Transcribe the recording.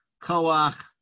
Koach